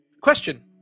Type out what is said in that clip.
question